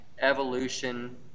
evolution